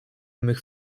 mych